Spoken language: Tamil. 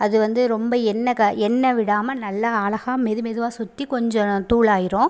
அது வந்து ரொம்ப எண்ணெய் க எண்ணெய் விடாமல் நல்லா அழகாக மெது மெதுவாக சுற்றி கொஞ்சம் தூளாயிரும்